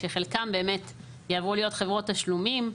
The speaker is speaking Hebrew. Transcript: שחלקם באמת יעברו להיות חברות תשלומים.